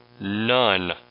None